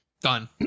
done